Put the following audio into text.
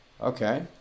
okay